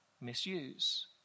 misuse